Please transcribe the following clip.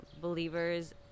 believers